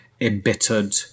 embittered